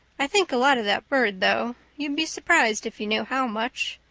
i think a lot of that bird though. you'd be surprised if you knew how much.